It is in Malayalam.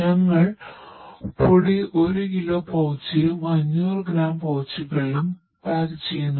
ഞങ്ങൾ പൊടി1 കിലോ പൌച്ചിലും 500 ഗ്രാം പൌച്ചുകളിലും പാക്ക് ചെയ്യുന്നു